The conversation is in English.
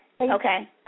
Okay